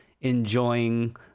enjoying